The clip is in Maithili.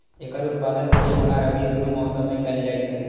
एकर उत्पादन खरीफ आ रबी, दुनू मौसम मे कैल जाइ छै